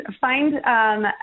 find